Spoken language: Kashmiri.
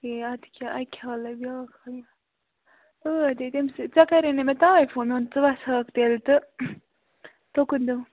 ہے اَدٕ کیٛاہ اَکہِ حالے بیٛاکھ حال ٲدۍ ہَے تٔمۍ سۭتۍ ژےٚ کَرے نا مےٚ تَوے فون مےٚ ووٚن ژٕ وَسہٕ ہاکھ تیٚلہِ تہٕ تُکُن دِم